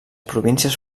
províncies